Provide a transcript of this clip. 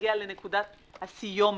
להגיע לנקודת הסיומת,